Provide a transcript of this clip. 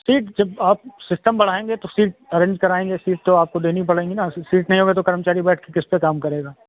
ठीक जब आप सिस्टम बढ़ाएंगे तो सीट अरेंज कराएंगे सीट तो आपको देनी पड़ेंगी न स सीट नहीं होंगी तो कर्मचारी बैठ के किस पर काम करेगा